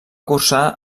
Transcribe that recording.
cursar